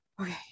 okay